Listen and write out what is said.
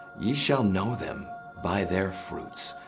ye shall know them by their fruits.